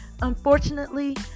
Unfortunately